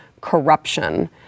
corruption